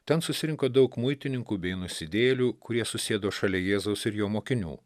ten susirinko daug muitininkų bei nusidėjėlių kurie susėdo šalia jėzaus ir jo mokinių